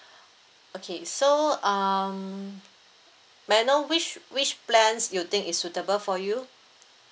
okay so um may I know which which plans you think is suitable for you